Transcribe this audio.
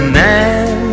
man